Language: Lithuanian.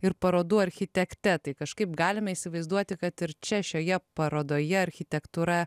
ir parodų architekte tai kažkaip galime įsivaizduoti kad ir čia šioje parodoje architektūra